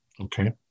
Okay